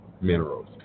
minerals